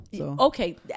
Okay